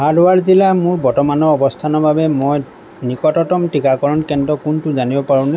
হাৰ্ডৱাৰ জিলাৰ মোৰ বৰ্তমানৰ অৱস্থানৰ বাবে মই নিকটতম টীকাকৰণ কেন্দ্ৰ কোনটো জানিব পাৰোনে